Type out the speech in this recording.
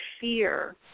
fear